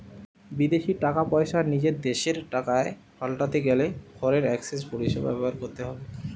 বিদেশী টাকা পয়সা নিজের দেশের টাকায় পাল্টাতে গেলে ফরেন এক্সচেঞ্জ পরিষেবা ব্যবহার করতে হবে